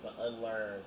unlearn